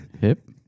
hip